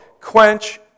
quench